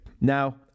Now